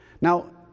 Now